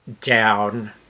down